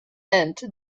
and